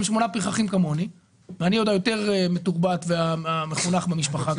שמונה פרחחים כמוני ואני עוד היותר מתורבת והמחונך במשפחה,